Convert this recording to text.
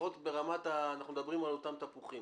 לפחות אנחנו מדברים על אותם תפוחים.